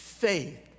Faith